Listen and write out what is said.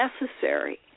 necessary